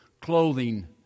clothing